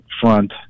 front